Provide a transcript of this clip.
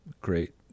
great